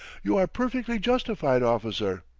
you are perfectly justified, officer.